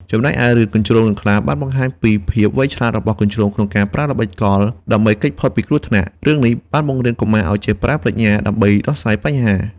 ចំណែកឯ រឿង កញ្ជ្រោងនិងខ្លា បានបង្ហាញពីភាពវៃឆ្លាតរបស់កញ្ជ្រោងក្នុងការប្រើល្បិចកលដើម្បីគេចផុតពីគ្រោះថ្នាក់។ រឿងនេះបានបង្រៀនកុមារឲ្យចេះប្រើប្រាជ្ញាដើម្បីដោះស្រាយបញ្ហា។